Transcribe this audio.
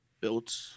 built